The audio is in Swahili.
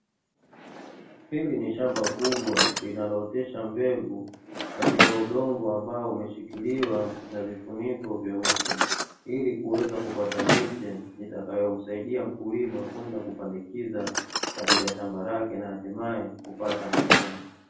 Hili ni shamba kubwa linalootesha mbegu katika udongo ambao umeshikiliwa na vifuniko vyeusi ili kuweza kupata miche itakayomsaidia mkulima kwenda kupandikiza katika shamba lake na hatimaye kupata mavuno.